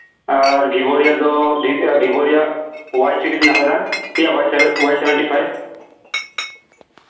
ᱟᱨ Vivo ᱨᱮᱭᱟᱜ ᱫᱚ Vivo ᱨᱮᱭᱟᱜ ᱚᱣᱟᱭ ᱥᱤᱨᱤᱡ ᱦᱮᱱᱟᱜ ᱠᱟᱫᱟ ᱚᱣᱟᱭ ᱚᱣᱟᱭ ᱥᱮᱵᱷᱮᱱᱴᱤ ᱯᱷᱟᱭᱤᱵᱷ